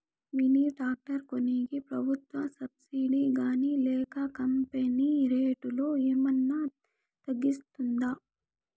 Mini tractor కొనేకి ప్రభుత్వ subsidy గాని లేక కంపెని రేటులో ఏమన్నా తగ్గిస్తుందా?